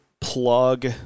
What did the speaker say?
plug